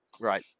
Right